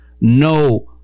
no